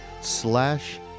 slash